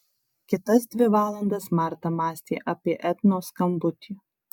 kitas dvi valandas marta mąstė apie ednos skambutį